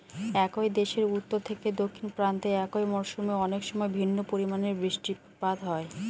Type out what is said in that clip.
একই দেশের উত্তর থেকে দক্ষিণ প্রান্তে একই মরশুমে অনেকসময় ভিন্ন পরিমানের বৃষ্টিপাত হয়